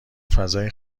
فضای